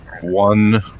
one